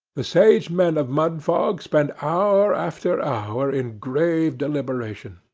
the sage men of mudfog spend hour after hour in grave deliberation.